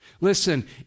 Listen